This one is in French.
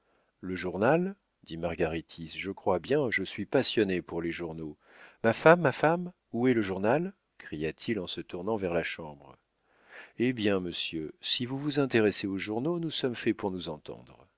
le journal dit margaritis je crois bien je suis passionné pour les journaux ma femme ma femme où est le journal cria-t-il en se tournant vers la chambre hé bien monsieur si vous vous intéressez aux journaux nous sommes faits pour nous entendre